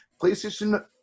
playstation